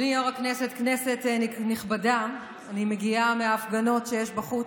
כנסת נכבדה, אני מגיעה מההפגנות שיש בחוץ,